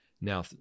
Now